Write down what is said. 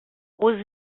was